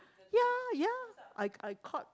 ya ya I I caught